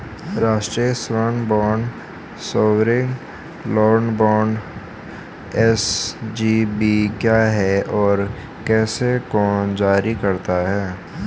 राष्ट्रिक स्वर्ण bond sovereign gold bond SGB क्या है और इसे कौन जारी करता है?